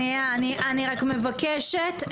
אני רק מבקשת,